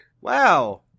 wow